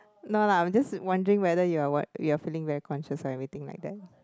no lah I'm just wondering whether you are what you are feeling very conscious and everything like that